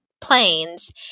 planes